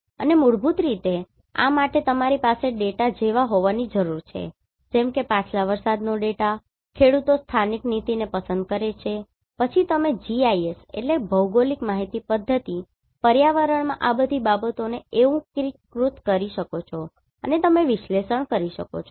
અને મૂળભૂત રીતે આ માટે તમારી પાસે ડેટા જેવા હોવાની જરૂર છે જેમકે પાછલા વરસાદનો ડેટા ખેડુતો સ્થાનિક નીતિને પસંદ કરે છે પછી તમે GIS ભૌગોલિક માહિતી પધ્ધતિ પર્યાવરણમાં આ બધી બાબતોને એઉંકીકૃત કરી શકો છો અને તમે વિશ્લેષણ કરી શકો છો